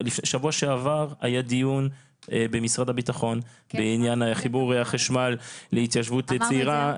שבוע שעבר היה דיון במשרד הביטחון בעניין חיבור החשמל בהתיישבות צעירה,